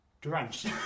drenched